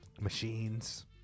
machines